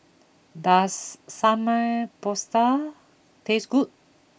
does Samgeyopsal taste good